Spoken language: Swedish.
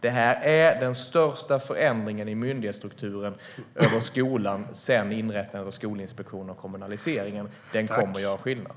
Detta är den största förändringen i myndighetsstrukturen när det gäller skolan sedan inrättandet av Skolinspektionen och kommunaliseringen. Den kommer att göra skillnad.